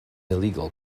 illegal